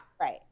Right